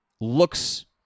looks